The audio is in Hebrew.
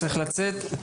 שצריך לצאת.